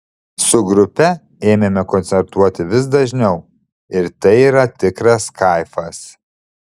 su grupe ėmėme koncertuoti vis dažniau ir tai yra tikras kaifas